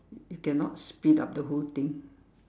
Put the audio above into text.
cannot speed up the whole thing